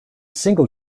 single